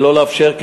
ולא לאפשר,